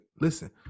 listen